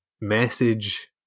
message